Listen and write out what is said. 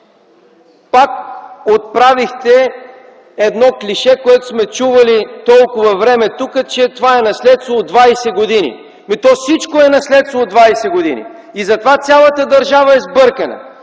Пак отправихте клише, което сме чували толкова време тук – това е наследство от 20 години. То всичко е наследство от 20 години. Затова цялата държава е сбъркана,